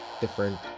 different